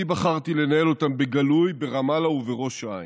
אני בחרתי לנהל אותם בגלוי, ברמאללה ובראש העין,